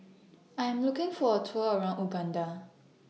I Am looking For A Tour around Uganda